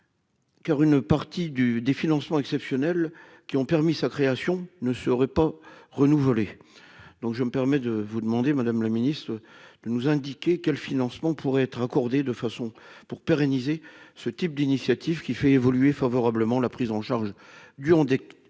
car une partie des financements exceptionnels qui ont permis sa création ne seraient pas renouvelés. Pouvez-vous nous indiquer, madame la ministre, quels financements pourraient être accordés pour pérenniser ce type d'initiative qui fait évoluer favorablement la prise en charge du handicap,